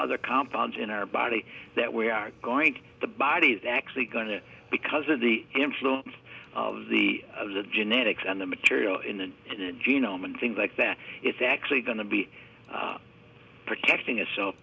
other compounds in our body that we are going to the body is actually going to because of the influence of the of the genetics and the material in the in genome and things like that it's actually going to be protecting i